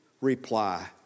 reply